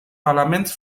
parlaments